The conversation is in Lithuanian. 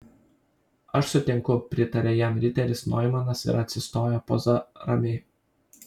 aš sutinku pritarė jam riteris noimanas ir atsistojo poza ramiai